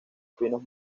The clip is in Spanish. pinos